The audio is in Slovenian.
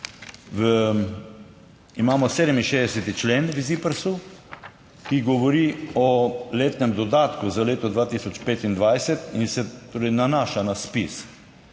imamo 67. člen v ZIPRS, ki govori o letnem dodatku za leto 2025 in se torej nanaša na ZPIZ.